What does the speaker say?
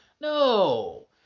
no